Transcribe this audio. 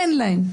אין להם.